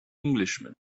englishman